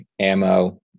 ammo